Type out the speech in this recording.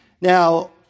Now